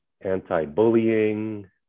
anti-bullying